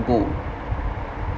ago